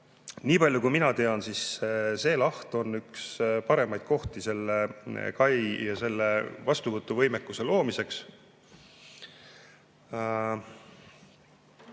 palju kui mina tean, siis see laht on üks paremaid kohti selle kai ja selle vastuvõtuvõimekuse loomiseks.